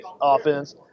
offense